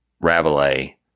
Rabelais